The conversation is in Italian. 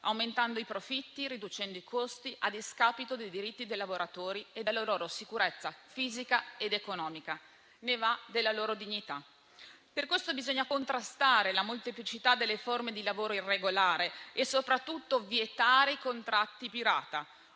aumentando i profitti, riducendo i costi a discapito dei diritti dei lavoratori e delle loro sicurezza fisica ed economica. Ne va della loro dignità. Per questo bisogna contrastare la molteplicità delle forme di lavoro irregolare e soprattutto vietare i contratti pirata